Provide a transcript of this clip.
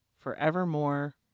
forevermore